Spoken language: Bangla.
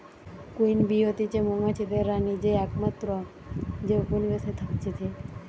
কুইন বী হতিছে মৌমাছিদের রানী যে একমাত্র যে উপনিবেশে থাকতিছে